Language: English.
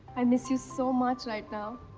i miss you so much right now.